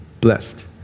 blessed